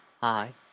Hi